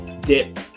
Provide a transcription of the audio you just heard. dip